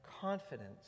confidence